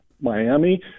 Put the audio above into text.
Miami